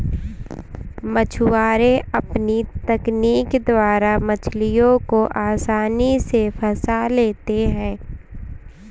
मछुआरे अपनी तकनीक द्वारा मछलियों को आसानी से फंसा लेते हैं